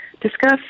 discuss